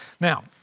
Now